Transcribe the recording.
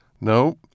No